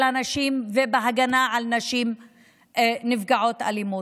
הנשים ובהגנה על נשים נפגעות אלימות.